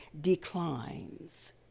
declines